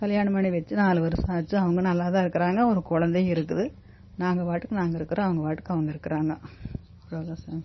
கல்யாணம் பண்ணி வச்சு நாலு வருஷம் ஆச்சு அவங்களும் நல்லாதான் இருக்கிறாங்க ஒரு குழந்தையும் இருக்குது நாங்கள் பாட்டுக்கு நாங்கள் இருக்கிறோம் அவங்க பாட்டுக்கு அவங்க இருக்கிறாங்க அவ்வளோதான் சாமி